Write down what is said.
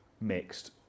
mixed